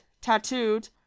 Tattooed